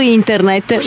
internet